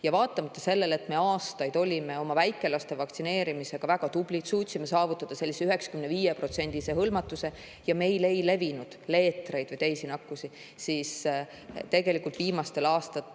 ka vaatamata sellele, et me aastaid olime oma väikelaste vaktsineerimisega väga tublid, suutsime saavutada 95%-lise hõlmatuse ja meil ei levinud leetreid ega teisi nakkusi. Viimastel aastatel